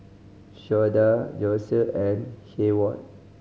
Shawnda Josef and Heyward